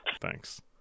Thanks